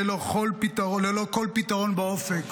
ללא כל פתרון באופק,